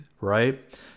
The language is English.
right